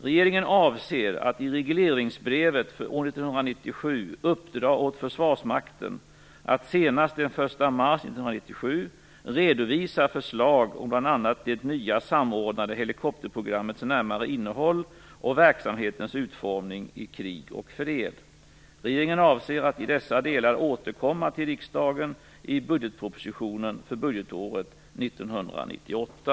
Regeringen avser att i regleringsbrevet för år 1997 uppdra åt Försvarsmakten att senast den 1 mars 1997 redovisa förslag om bl.a. det nya samordnade helikopterprogrammets närmare innehåll och verksamhetens utformning i krig och fred. Regeringen avser att i dessa delar återkomma till riksdagen i budgetpropositionen för budgetåret 1998.